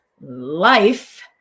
life